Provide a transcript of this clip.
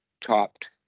topped